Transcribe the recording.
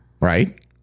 right